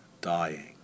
dying